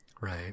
right